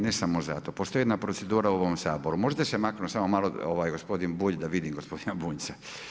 Ne samo zato, postoji jedna procedura u ovom Saboru, možete se maknuti samo malo, gospodin Bulj, da vidim gospodina Bunjca.